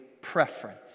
preference